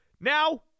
Now